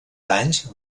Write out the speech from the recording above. anys